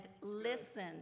listen